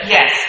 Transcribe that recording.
Yes